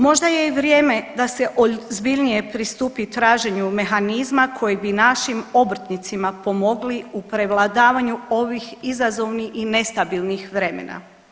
Možda je i vrijeme da se ozbiljnije pristupi traženju mehanizma koji bi našim obrtnicima pomogli u prevladavanju ovih izazovnih i nestabilnih vremena.